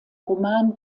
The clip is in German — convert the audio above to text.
roman